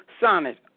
Sonnet